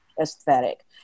aesthetic